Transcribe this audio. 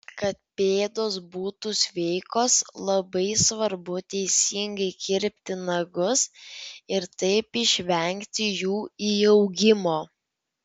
kad pėdos būtų sveikos labai svarbu teisingai kirpti nagus ir taip išvengti jų įaugimo